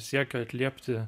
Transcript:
siekio atliepti